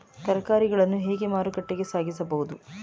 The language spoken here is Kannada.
ತರಕಾರಿಗಳನ್ನು ಹೇಗೆ ಮಾರುಕಟ್ಟೆಗೆ ಸಾಗಿಸಬಹುದು?